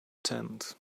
tent